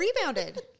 rebounded